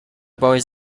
boys